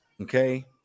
okay